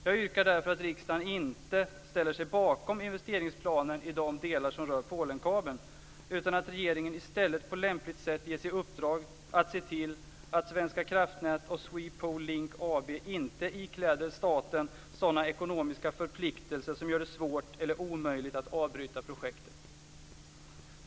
Jag yrkar därför att riksdagen inte ställer sig bakom investeringsplanen i de delar som rör Polenkabeln, utan att regeringen i stället på lämpligt sätt ges i uppdrag att se till att Svenska kraftnät och Swe Pol Link AB inte ikläder staten sådana ekonomiska förpliktelser som gör det svårt eller omöjligt att avbryta projektet.